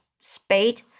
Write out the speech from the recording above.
spade